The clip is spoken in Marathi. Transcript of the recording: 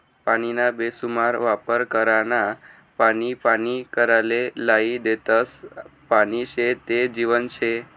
पानीना बेसुमार वापर करनारा पानी पानी कराले लायी देतस, पानी शे ते जीवन शे